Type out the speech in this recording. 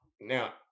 now